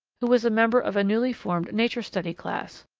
who was a member of a newly formed nature-study class.